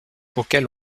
auquel